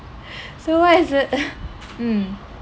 so what is it mm